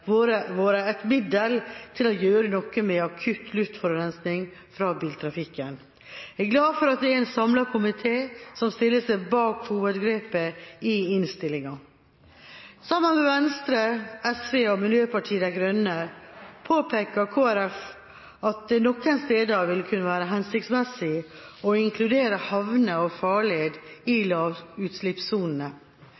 våre et middel til å gjøre noe med akutt luftforurensning fra biltrafikken. Jeg er glad for at det er en samlet komité som stiller seg bak hovedgrepet i innstillinga. Sammen med Venstre, Sosialistisk Venstreparti og Miljøpartiet De Grønne påpeker Kristelig Folkeparti at det noen steder vil kunne være hensiktsmessig å inkludere havner og farled i